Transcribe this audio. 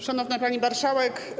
Szanowna Pani Marszałek!